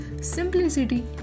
Simplicity